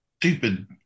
stupid